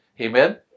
Amen